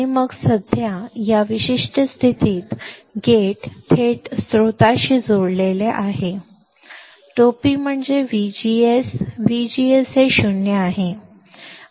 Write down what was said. आणि मग सध्या या विशिष्ट स्थितीत गेट थेट स्त्रोताशी जोडलेले आहे टोपी म्हणजे VGS VGS हे 0 आहे